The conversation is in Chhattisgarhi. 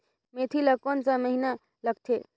मेंथी ला कोन सा महीन लगथे?